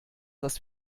das